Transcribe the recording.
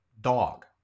dog